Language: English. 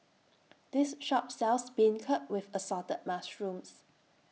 This Shop sells Beancurd with Assorted Mushrooms